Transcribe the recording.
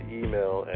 email